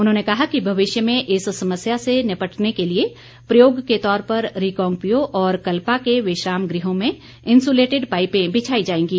उन्होंने कहा कि भविष्य में इस समस्या से निपटने के लिए प्रयोग के तौर पर रिकांगपिओ और कल्पा के विश्राम गृहों में इन्सुलेटिड पाईपे बिछाई जाएंगी